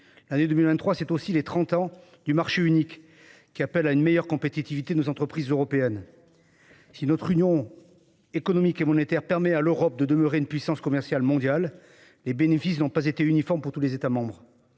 aussi à célébrer les trente ans du marché unique, qui appelle à une meilleure compétitivité de nos entreprises européennes. Si notre union économique et monétaire permet à l'Europe de demeurer une puissance commerciale mondiale, ses bénéfices n'ont pas été uniformes pour tous les États membres.